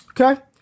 Okay